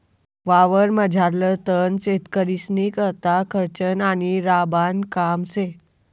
वावरमझारलं तण शेतकरीस्नीकरता खर्चनं आणि राबानं काम शे